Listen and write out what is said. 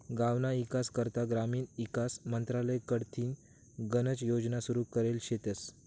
गावना ईकास करता ग्रामीण ईकास मंत्रालय कडथीन गनच योजना सुरू करेल शेतस